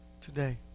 today